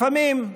לפעמים,